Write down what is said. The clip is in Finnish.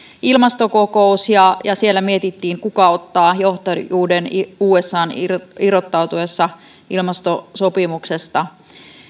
ilmastokokous ja ja siellä mietittiin kuka ottaa johtajuuden usan irrottautuessa ilmastosopimuksesta